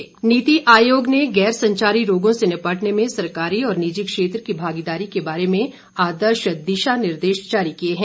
नीति आयोग नीति आयोग ने गैर संचारी रोगों से निपटने में सरकारी और निजी क्षेत्र की भागीदारी के बारे में आदर्श दिशा निर्देश जारी किये हैं